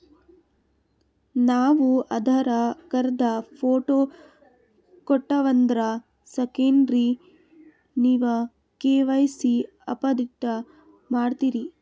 ನಾವು Aadhaar card, photo ಕೊಟ್ಟೀವಂದ್ರ ಸಾಕೇನ್ರಿ ನೀವ ಕೆ.ವೈ.ಸಿ ಅಪಡೇಟ ಮಾಡ್ತೀರಿ?